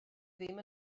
ddim